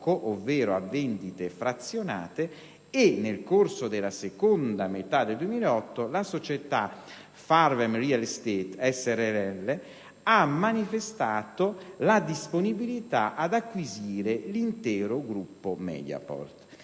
ovvero a vendite frazionate e, nel corso della seconda metà del 2008, la società Farvem Real Estate S.r.l. ha manifestato la disponibilità ad acquisire l'intero gruppo Mediaport.